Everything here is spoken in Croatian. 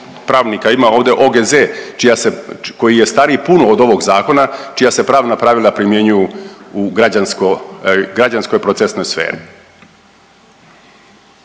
ima ovdje OGZ čija se, koji je stariji puno od ovog zakona, čija se pravna pravila primjenjuju u građansko, u građanskoj procesnoj sferi.